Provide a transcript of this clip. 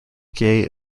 gay